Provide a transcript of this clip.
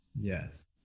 Yes